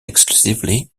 exclusively